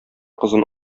кызын